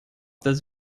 das